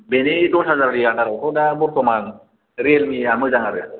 बेनि दस हाजार गैयाना बेखौ दा बर्त'मान रियेलमिया मोजां आरो